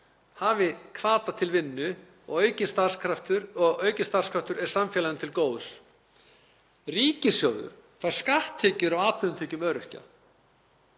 hafi hvata til vinnu og aukinn starfskraftur er samfélaginu til góðs. Ríkissjóður fær skatttekjur af atvinnutekjum öryrkja